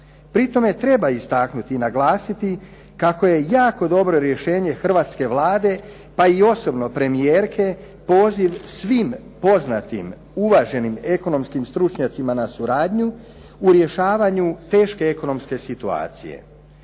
Pri tome treba istaknuti i naglasiti kako je jako dobro rješenje hrvatske Vlade, pa i osobno premijerke poziv svim poznatim uvaženim ekonomskim stručnjacima na suradnju u rješavanju teške ekonomske situacije.